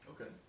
Okay